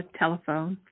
telephone